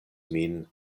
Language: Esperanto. min